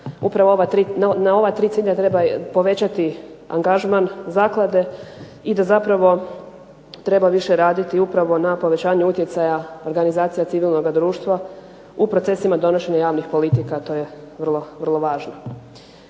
na ova 3 cilja treba povećati angažman zaklade i da zapravo treba više raditi upravo na povećanju utjecaja organizacija civilnoga društva u procesima donošenja javnih politika. To je vrlo, vrlo